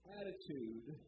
attitude